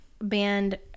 band